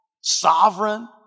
sovereign